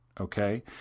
Okay